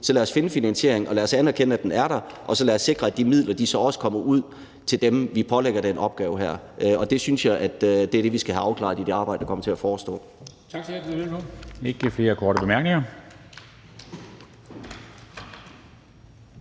så lad os finde finansieringen, og lad os anerkende, at den er der, og så lad os sikre, at de midler så også kommer ud til dem, vi pålægger den her opgave. Og det synes jeg er det, vi skal have afklaret i det arbejde, der kommer til at forestå.